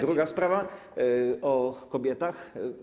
Druga sprawa: o kobietach.